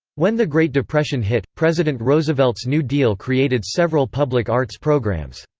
when the great depression hit, president roosevelt's new deal created several public arts programs.